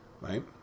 right